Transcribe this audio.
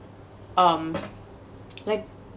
um like